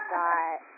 got